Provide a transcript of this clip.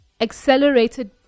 accelerated